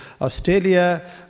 Australia